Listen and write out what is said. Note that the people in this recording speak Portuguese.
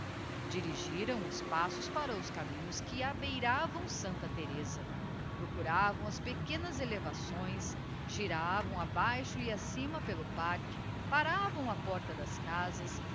dirigiram os passos para os caminhos que abeiravam santa thereza procuravam as pequenas elevações giravam abaixo e acima pelo parque paravam á porta das casas